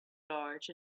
large